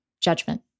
Judgment